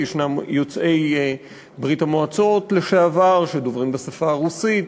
ישנם יוצאי ברית-המועצות לשעבר שמדברים בשפה הרוסית,